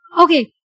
Okay